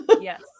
Yes